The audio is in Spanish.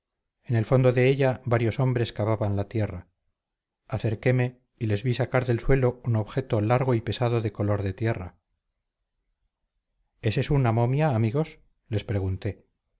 en el fondo de ella varios hombres cavaban la tierra acerqueme y les vi sacar del suelo un objeto largo y pesado de color de tierra es eso una momia amigos les pregunté